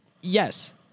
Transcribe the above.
Yes